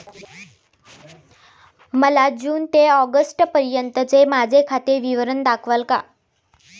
मला जून ते ऑगस्टपर्यंतचे माझे खाते विवरण दाखवाल का?